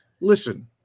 listen